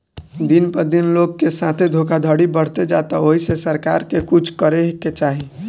दिन प दिन लोग के साथे धोखधड़ी बढ़ते जाता ओहि से सरकार के कुछ करे के चाही